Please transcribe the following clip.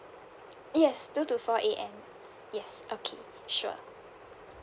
yes two to four A_M yes okay sure